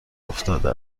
افتاده